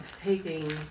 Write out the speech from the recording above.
taking